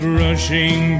rushing